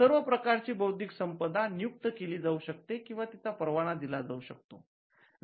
सर्व प्रकारची बौद्धिक संपदा नियुक्त केली जाऊ शकते किंवा तिचा परवाना दिला जाऊ शकतो